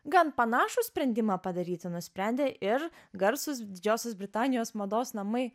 gan panašų sprendimą padaryti nusprendė ir garsūs didžiosios britanijos mados namai